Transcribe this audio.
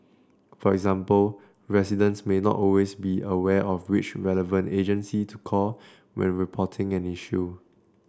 for example residents may not always be aware of which relevant agency to call when reporting an issue